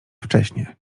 wcześnie